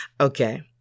Okay